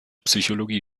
psychologie